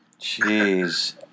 Jeez